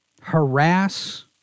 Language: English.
harass